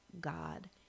God